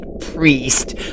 priest